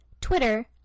Twitter